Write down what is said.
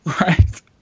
Right